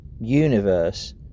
universe